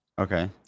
okay